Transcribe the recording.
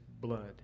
blood